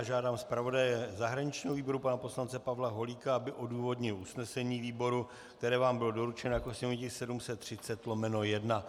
Žádám zpravodaje zahraničního výboru pana poslance Pavla Holíka, aby odůvodnil usnesení výboru, které vám bylo doručeno jako sněmovní tisk 730/1.